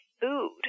food